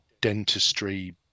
dentistry